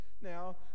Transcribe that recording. Now